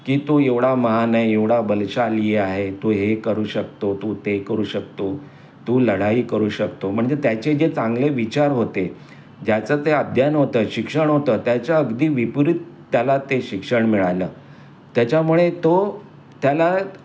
की तू एवढा महान आहे एवढा बलशाली आहे तू हे करू शकतो तू ते करू शकतो तू लढाई करू शकतो म्हणजे त्याचे जे चांगले विचार होते ज्याचं ते अध्ययन होतं शिक्षण होतं त्याच्या अगदी विपरीत त्याला ते शिक्षण मिळालं त्याच्यामुळे तो त्याला